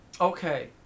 Okay